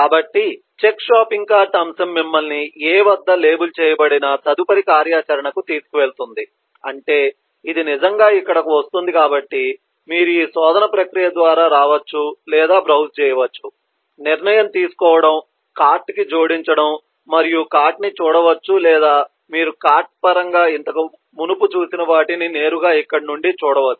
కాబట్టి check shopping cart అంశం మిమ్మల్ని A వద్ద లేబుల్ చేయబడిన తదుపరి కార్యాచరణకు తీసుకెళుతుంది అంటే ఇది నిజంగా ఇక్కడకు వస్తుంది కాబట్టి మీరు ఈ శోధన ప్రక్రియ ద్వారా రావచ్చు లేదా బ్రౌజ్ చేయవచ్చు నిర్ణయం తీసుకోవడం కార్ట్ కి జోడించడం మరియు కార్ట్ ని చూడవచ్చు లేదా మీరు కార్ట్ పరంగా ఇంతకు మునుపు చూసిన వాటిని నేరుగా ఇక్కడ నుండి చూడవచ్చు